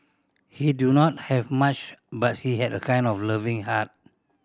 he do not have much but he had a kind of loving heart